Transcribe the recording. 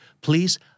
please